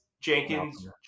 Jenkins